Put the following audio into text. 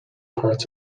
parts